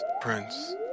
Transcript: Prince